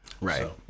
Right